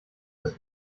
das